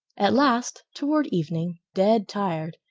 at last, toward evening, dead tired,